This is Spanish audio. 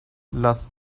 las